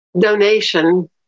donation